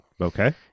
Okay